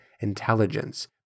Intelligence